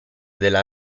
della